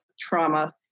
trauma